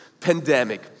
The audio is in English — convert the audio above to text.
pandemic